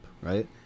right